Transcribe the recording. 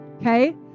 Okay